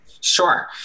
Sure